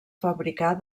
fabricar